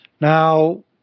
Now